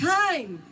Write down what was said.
time